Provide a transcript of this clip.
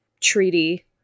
treaty